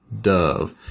dove